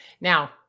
Now